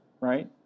right